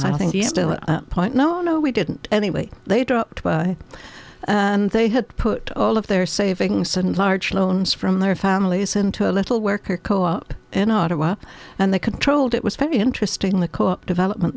a point no no we didn't anyway they dropped and they had put all of their savings and large loans from their families into a little worker co op in ottawa and they controlled it was very interesting the co op development